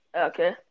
Okay